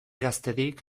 gaztedik